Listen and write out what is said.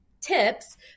tips